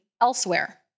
elsewhere